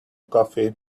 coffee